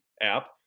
app